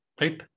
right